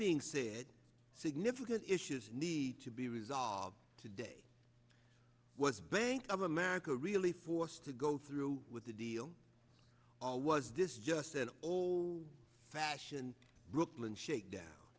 being said significant issues need to be resolved today was bank of america really forced to go through with the deal all was this just an old fashioned brooklyn shakedown